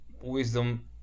wisdom